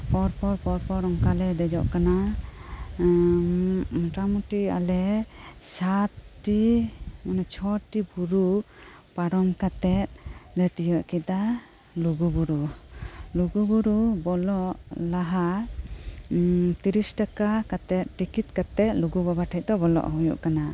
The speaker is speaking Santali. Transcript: ᱯᱚᱨᱯᱚᱨ ᱚᱱᱠᱟᱞᱮ ᱫᱮᱡᱚᱜ ᱠᱟᱱᱟ ᱢᱚᱴᱟ ᱢᱩᱴᱤ ᱟᱞᱮ ᱥᱟᱛᱴᱤ ᱢᱟᱱᱮ ᱪᱷᱚᱴᱤ ᱵᱩᱨᱩ ᱯᱟᱨᱚᱢ ᱠᱟᱛᱮᱜᱞᱮ ᱛᱤᱭᱟᱹᱜ ᱠᱮᱫᱟ ᱞᱩᱜᱩ ᱵᱩᱨᱩ ᱞᱩᱜᱩ ᱵᱩᱨᱩ ᱵᱚᱞᱚᱜ ᱞᱟᱦᱟ ᱛᱤᱨᱤᱥ ᱴᱟᱠᱟ ᱠᱟᱛᱮᱜ ᱴᱤᱠᱤᱫ ᱠᱟᱛᱮᱜ ᱞᱩᱜᱩ ᱵᱟᱵᱟ ᱴᱷᱮᱱ ᱫᱚ ᱵᱚᱞᱚᱜ ᱦᱩᱭᱩᱜ ᱠᱟᱱᱟ